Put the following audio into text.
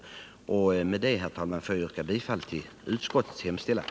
Med detta, herr talman, yrkar jag bifall till utskottets hemställan.